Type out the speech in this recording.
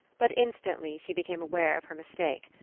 but instantly she became aware of her mistake.